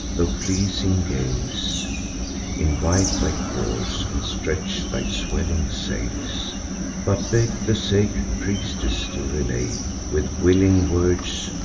tho' pleasing gales invite thy course, and stretch thy swelling sails but beg the sacred priestess to relate with willing words,